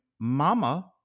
mama